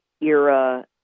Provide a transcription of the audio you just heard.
era